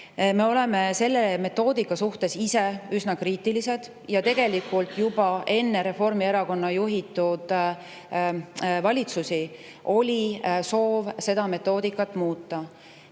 Me oleme selle metoodika suhtes ise üsna kriitilised ja tegelikult juba enne Reformierakonna juhitud valitsusi oli soov seda metoodikat muuta.